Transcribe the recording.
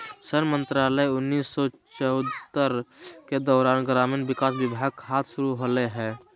सन मंत्रालय उन्नीस सौ चैह्त्तर के दौरान ग्रामीण विकास विभाग खाद्य शुरू होलैय हइ